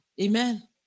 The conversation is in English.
Amen